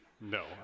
No